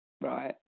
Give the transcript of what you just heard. Right